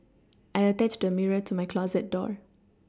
I attached a mirror to my closet door